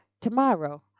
tomorrow